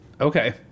okay